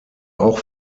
auch